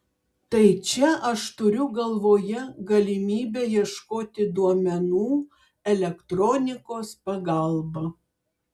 tai čia aš turiu galvoje galimybę ieškoti duomenų elektronikos pagalba